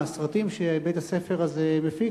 הסרטים שבית-הספר הזה מפיק,